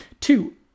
Two